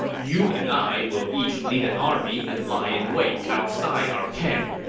you and i will each lead an army and lie in wait outside our camp.